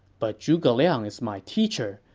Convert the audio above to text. but zhuge liang is my teacher.